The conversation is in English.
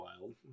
wild